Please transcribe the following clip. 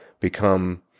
become